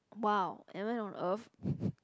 !wow! am I on Earth